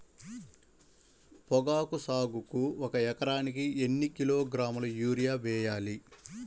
పొగాకు సాగుకు ఒక ఎకరానికి ఎన్ని కిలోగ్రాముల యూరియా వేయాలి?